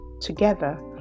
Together